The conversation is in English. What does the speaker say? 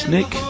Nick